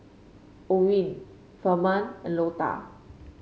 Orin Firman and Lota